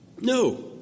no